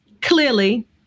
clearly